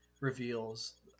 reveals